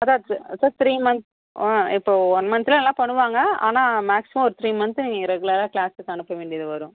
sir three month ம் இப்போ one மந்தில் நல்லா பண்ணுவாங்க ஆனால் மேக்ஸிமம் ஒரு த்ரீ மந்த்து நீங்கள் ரெகுலராக க்ளாஸுக்கு அனுப்ப வேண்டியது வரும்